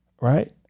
Right